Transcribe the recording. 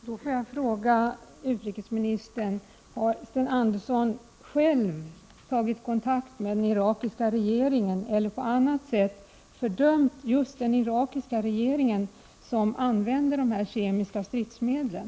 Fru talman! Då får jag fråga utrikesministern: Har Sten Andersson själv tagit kontakt med den irakiska regeringen eller på annat sätt fördömt just den irakiska regeringen, som använder de här kemiska stridsmedlen?